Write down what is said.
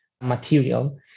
material